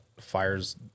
fires